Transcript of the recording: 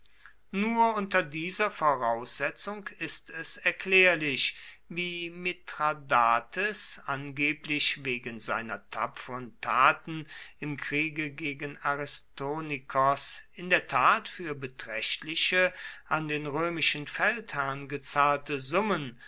nur unter dieser voraussetzung ist es erklärlich wie mithradates angeblich wegen seiner tapferen taten im kriege gegen aristonikos in der tat für beträchtliche an den römischen feldherrn gezahlte summen